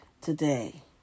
today